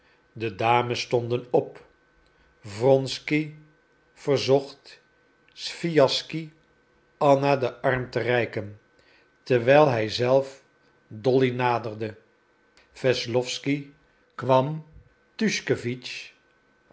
de dames stonden op wronsky verzocht swijaschsky anna den arm te reiken terwijl hij zelf dolly naderde wesslowsky kwam